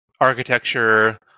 architecture